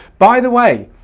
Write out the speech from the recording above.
by the way,